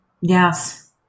Yes